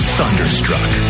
thunderstruck